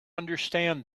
understand